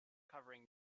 covering